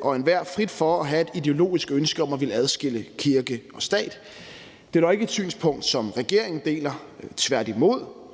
og enhver frit for at have et ideologisk ønske om at ville adskille kirke og stat. Det er dog ikke et synspunkt, som regeringen deler, tværtimod.